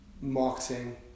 marketing